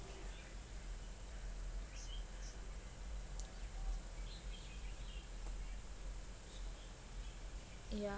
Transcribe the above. yeah